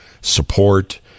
support